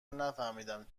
نفهمیدیم